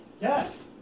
Yes